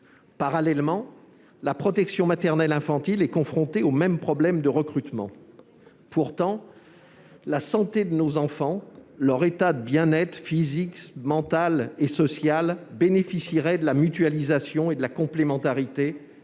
Parallèlement, la protection maternelle et infantile (PMI) est confrontée aux mêmes problèmes de recrutement. Pourtant, la santé de nos enfants- leur état de bien-être physique, mental et social -bénéficierait d'une mutualisation et d'une complémentarité